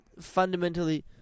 fundamentally